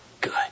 good